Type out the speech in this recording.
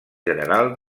general